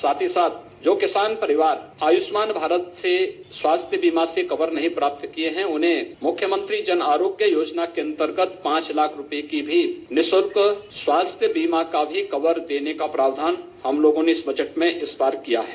साथ ही साथ जो किसान परिवार आयुष्मान भारत से स्वास्थ्य बीमा से कवर नहीं प्राप्त किये है उन्हें मुख्यमंत्री जन आरोगय योजना के अन्तर्गत पांच लाख रूपये की भी निःशुल्क स्वास्थ्य बीमा भी कवर देने का प्रावधान हम लोगों ने इस बजट में इस बार किया है